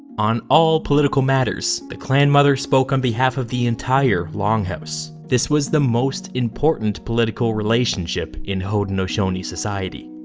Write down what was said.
on all political matters, the clan mother spoke on behalf of the entire longhouse. this was the most important political relationship in haudenosaunee society.